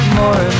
more